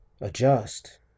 adjust